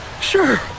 sure